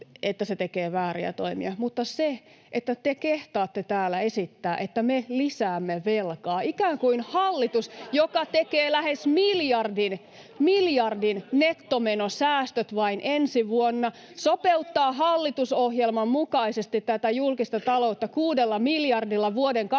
että se tekee vääriä toimia, mutta että te kehtaatte täällä esittää, että me lisäämme velkaa, kun hallitus tekee lähes miljardin nettomenosäästöt vain ensi vuonna, sopeuttaa hallitusohjelman mukaisesti tätä julkista taloutta kuudella miljardilla vuoden 27